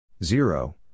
zero